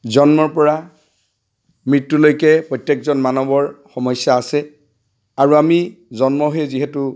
জন্মৰ পৰা মৃত্যুলৈকে প্ৰত্যেকজন মানৱৰ সমস্যা আছে আৰু আমি জন্ম হৈয়ে যিহেতু